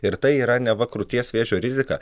ir tai yra neva krūties vėžio rizika